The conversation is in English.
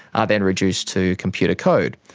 are then reduced to computer code,